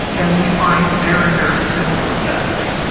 and we find very very similar effects.